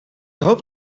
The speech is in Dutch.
hoop